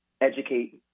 educate